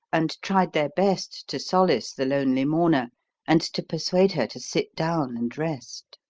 and tried their best to solace the lonely mourner and to persuade her to sit down and rest.